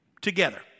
together